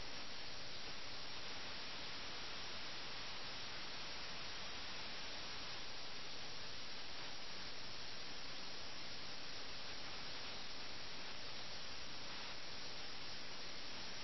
അതിനാൽ മയക്കത്തിന്റെ ഒരു അംശമുണ്ട് ആഴ്ന്ന് പോയതിന്റെ ഒരു അംശമുണ്ട് മുങ്ങിപ്പോയതിന്റെ ഒരു ഘടകമുണ്ട് രാജാവിനെ തടവുകാരനെപ്പോലെ കൊണ്ടുപോകുമ്പോൾ വീണ്ടും ഉറങ്ങുക എന്ന ആശയവുമുണ്ട്